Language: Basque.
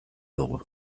dugu